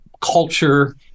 culture